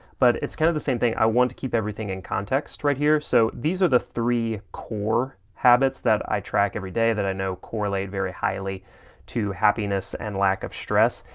but it's kind of the same thing, i want to keep everything in context right here. so, these are the three core habits that i track every day that i know correlate very highly to happiness and lack of stress,